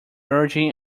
origin